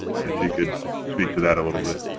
if you could speak to that a little bit.